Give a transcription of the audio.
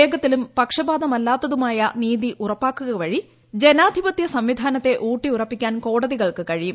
വേഗത്തിലും ഉപരാഷ്ട്രപതി പക്ഷപാതമല്ലാത്തതുമായ നീതി ഉറിപ്പാക്കുക വഴി ജനാധിപത്യ സംവിധാനത്തെ ഊട്ടി ഉറപ്പിക്കാൻ കോടതികൾക്ക് കഴിയും